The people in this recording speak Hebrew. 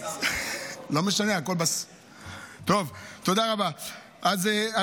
זה קשור אליך, ששי ששון גואטה.